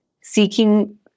seeking